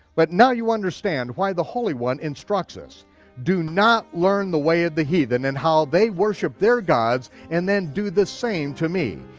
but now you understand why the holy one instructs us do not learn the way of the heathen and how they worship their gods and then do the same to me.